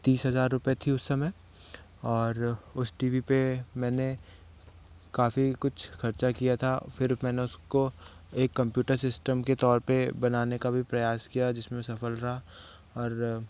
तीस हजार रूपए थी उस समय और उस टी वी पे मैंने काफ़ी कुछ खर्चा किया था फिर मैंने उसको एक कंप्यूटर सिस्टम के तौर पे बनने का भी प्रयास किया जिसमें सफल रहा और